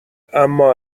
اما